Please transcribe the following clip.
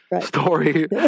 story